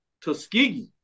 Tuskegee